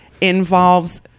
involves